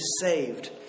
saved